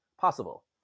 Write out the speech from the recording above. possible